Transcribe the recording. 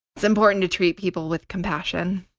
it's important to treat people with compassion.